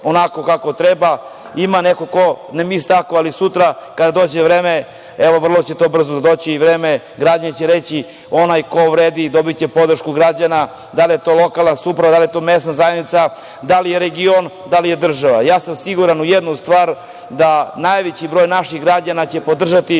onako kako treba. Ima neko ko ne misli tako, ali sutra, kada dođe vreme, evo, vrlo će to brzo doći i vreme, građani će reći onaj ko vredi dobiće podršku građana, da li je to lokalna samouprava, da li je to mesna zajednica, da li je region, da li je država. Ja sam siguran u jednu stvar, da najveći broj naših građana će podržati